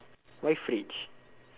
why fridge